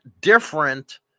different